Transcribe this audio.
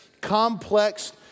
complex